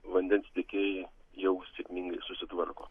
vandens tiekėjai jau sėkmingai susitvarko